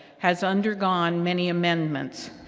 has undergone many amendments.